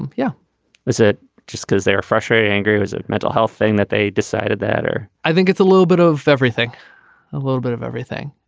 um yeah was it just because they are frustrated angry is a mental health thing that they decided that or i think it's a little bit of everything a little bit of everything.